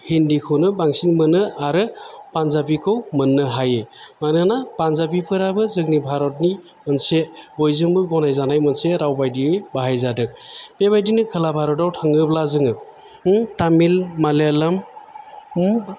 हिन्दिखौनो बांसिन मोनो आरो फानजाबिखौ मोन्नो हायो मानोना पानजाबि फोराबो जोंनि भारतनि मोनसे बयजोंबो गनायजानाय मोनसे रावबायदियै बाहायजादों बेबायदिनो खोला भारतआव थाङोब्ला जोङो तामिल मालाइयालोम